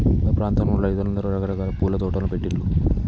మా ప్రాంతంలో రైతులందరూ రకరకాల పూల తోటలు పెట్టిన్లు